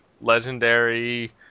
Legendary